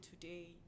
today